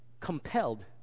compelled